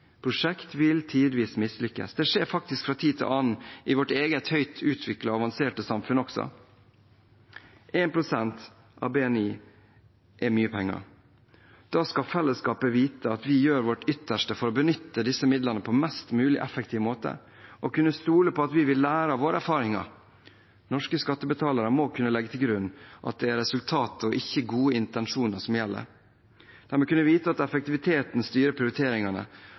vil tidvis mislykkes. Det skjer faktisk fra tid til annen også i vårt eget høyt utviklede og avanserte samfunn. 1 pst. av BNI er mye penger. Da skal fellesskapet vite at vi gjør vårt ytterste for å benytte disse midlene på en mest mulig effektiv måte, og kunne stole på at vi vil lære av våre erfaringer. Norske skattebetalere må kunne legge til grunn at det er resultater, ikke gode intensjoner, som gjelder. De må kunne vite at effektivitet styrer prioriteringene,